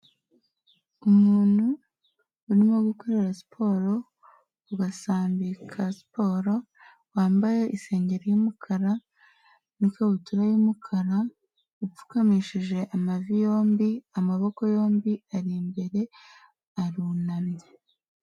Umuntu urimo gukorera siporo ku gasambi ka siporo, wambaye isengeri y'umukara n'ikabutura y'umukara, upfukamishije amavi yombi, amaboko yombi ari imbere, arunamye.